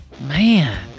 Man